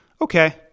okay